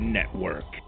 Network